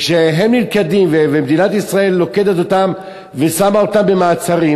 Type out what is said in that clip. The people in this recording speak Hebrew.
כשהם נלכדים ומדינת ישראל לוכדת אותם ושמה אותם במעצר,